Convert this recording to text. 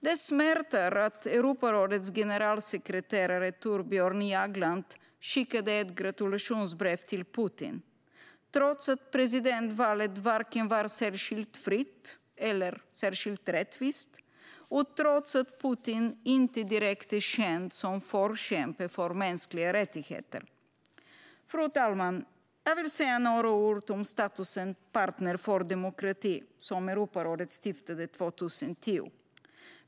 Det smärtar att Europarådets generalsekreterare Thorbjørn Jagland skickade ett gratulationsbrev till Putin trots att presidentvalet varken var särskilt fritt eller var särskilt rättvist och trots att Putin inte direkt är känd som förkämpe för mänskliga rättigheter. Fru talman! Jag vill säga några ord om statusen partner för demokrati, som Europarådet stiftade 2010.